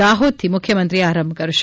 દાહોદથી મુખ્યમંત્રી આરંભ કરશે